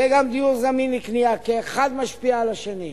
יהיה גם דיור זמין לקנייה, כי האחד משפיע על השני.